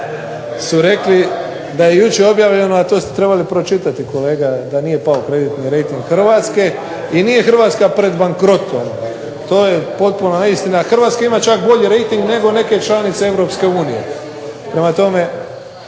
su rekli da je jučer objavljeno a to ste trebali pročitati kolega, da nije pao kreditni rejting Hrvatske. I nije Hrvatska pred bankrotom, to je potpuna neistina. Hrvatska ima čak bolji rejting nego neke članice Europske